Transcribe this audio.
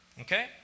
Okay